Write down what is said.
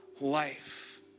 life